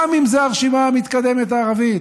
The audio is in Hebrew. גם אם זה הרשימה המתקדמת הערבית,